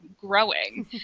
growing